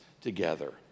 together